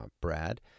Brad